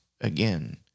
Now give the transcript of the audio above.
again